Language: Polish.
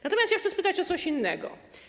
Natomiast ja chcę spytać o coś innego.